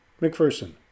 McPherson